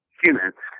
humans